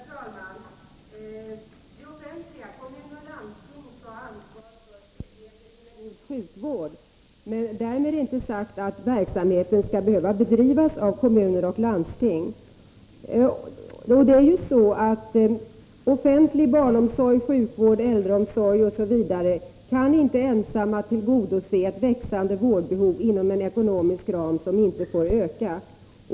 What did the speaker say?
Herr talman! Det offentliga, kommuner och landsting, skall ha ansvar för tryggheten i vad gäller en god sjukvård, men därmed är inte sagt att verksamheten skall behöva bedrivas av kommuner och landsting. Det är ju så att offentlig barnomsorg, sjukvård, äldreomsorg m.m. inte ensamma kan tillgodose ett växande vårdbehov inom en ekonomisk ram som inte får öka.